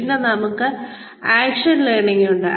പിന്നെ നമുക്ക് action learning ഉണ്ട്